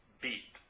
beat